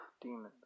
demons